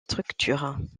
structures